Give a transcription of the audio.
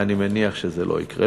ואני מניח שזה לא יקרה.